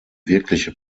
wirkliche